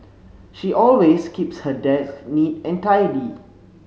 she always keeps her desk neat and tidy